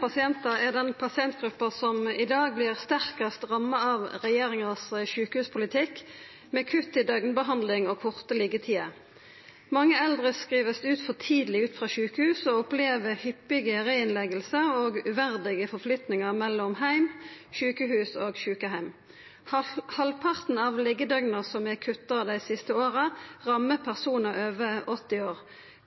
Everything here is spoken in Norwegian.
pasienter er den pasientgruppen som i dag blir sterkest rammet av regjeringens sykehuspolitikk, med kutt i døgnbehandling og korte liggetider. Mange eldre skrives for tidlig ut fra sykehus og opplever hyppige reinnleggelser og uverdige forflytninger mellom hjem, sykehus og sykehjem. Halvparten av liggedøgnene som er kuttet de siste årene, rammer personer over 80 år.